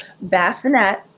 bassinet